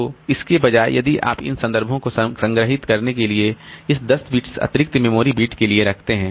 तो इसके बजाय यदि आप इन संदर्भों को संग्रहीत करने के लिए इस 10 बिट्स अतिरिक्त मेमोरी बिट के लिए रखते हैं